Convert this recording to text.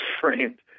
framed